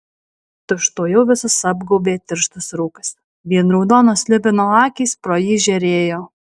tučtuojau visus apgaubė tirštas rūkas vien raudonos slibino akys pro jį žėrėjo